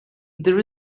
there